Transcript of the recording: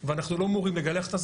ואנחנו לא מורים